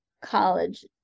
College